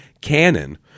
canon